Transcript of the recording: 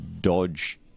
Dodge